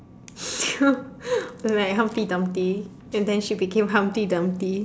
true like humpty dumpty and then she became humpty dumpty